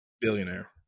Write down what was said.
billionaire